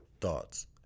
thoughts